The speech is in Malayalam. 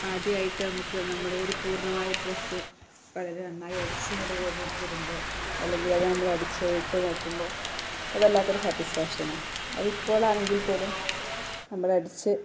ആദ്യമായിട്ട് നമുക്ക് നമ്മുടെ ഒരു പൂർണ്ണമായ ഡ്രസ്സ് വളരെ നന്നായി അടിച്ചിങ്ങോട്ട് വരുമ്പോള് അല്ലെങ്കിൽ അത് നമ്മളടിച്ചത് ഇട്ടുനോക്കുമ്പോള് അത് വല്ലാത്തൊരു സാറ്റിസ്ഫാക്ഷനാണ് അതിപ്പോളാണെങ്കിൽപ്പോലും നമ്മളടിച്ച്